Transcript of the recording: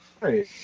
Right